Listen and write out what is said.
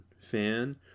fan